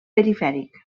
perifèric